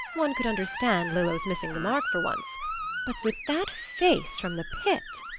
one could understand lillo's missing the mark for once but with that face from the pit!